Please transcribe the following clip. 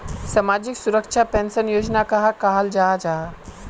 सामाजिक सुरक्षा पेंशन योजना कहाक कहाल जाहा जाहा?